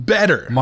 Better